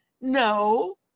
No